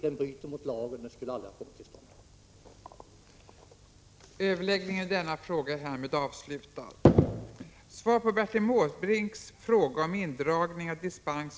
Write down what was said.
Den bryter mot lagen och den skulle aldrig ha kommit till stånd.